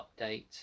update